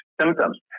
symptoms